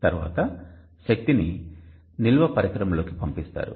తరువాత శక్తిని నిల్వ పరికరంలోకి పంపిస్తారు